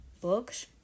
Books